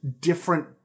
different